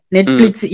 Netflix